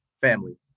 family